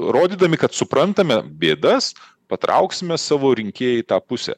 rodydami kad suprantame bėdas patrauksime savo rinkėją į tą pusę